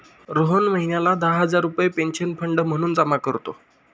रोहन महिन्याला दहा हजार रुपये पेन्शन फंड म्हणून जमा करतो